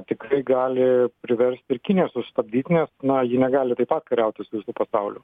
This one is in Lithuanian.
tikrai gali priversti ir kiniją sustabdyt nes na ji negali taip pat kariauti su visu pasauliu